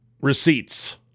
receipts